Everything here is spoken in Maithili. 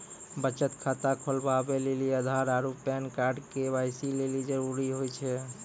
बचत खाता खोलबाबै लेली आधार आरू पैन कार्ड के.वाइ.सी लेली जरूरी होय छै